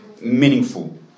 meaningful